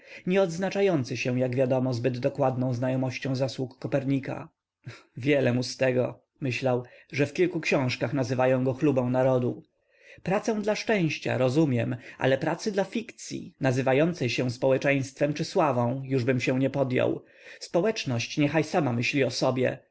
nie odznaczający się jak wiadomo zbyt dokładną znajomością zasługi kopernika wiele mu z tego myślał że w kilku książkach nazywają go chlubą narodu pracę dla szczęścia rozumiem ale pracy dla fikcyi nazywającej się społeczeństwem czy sławą jużbym się nie podjął społeczność niech sama myśli o sobie